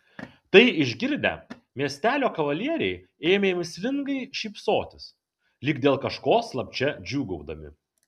tai išgirdę miestelio kavalieriai ėmė mįslingai šypsotis lyg dėl kažko slapčia džiūgaudami